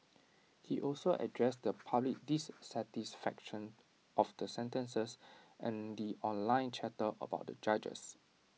he also addressed the public dissatisfaction of the sentences and the online chatter about the judges